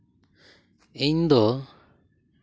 ᱤᱧ ᱫᱚ